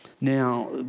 Now